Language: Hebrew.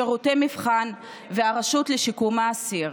שירות המבחן והרשות לשיקום האסיר.